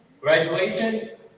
Graduation